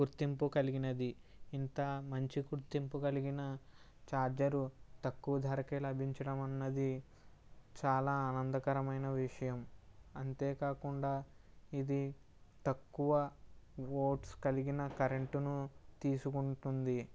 గుర్తింపు కలిగినది ఇంత మంచి గుర్తింపు కలిగిన ఛార్జరు తక్కువ ధరకే లభించడం అన్నది చాలా ఆనందకరమైన విషయం అంతేకాకుండా ఇది తక్కువ వోల్ట్స్ కలిగిన కరెంటును తీసుకుంటుంది